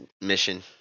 mission